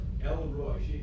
Elroy